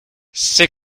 c’est